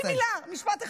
חצי מילה, משפט אחד.